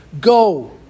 Go